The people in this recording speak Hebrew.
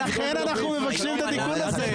לכן, אנחנו מבקשים את התיקון הזה.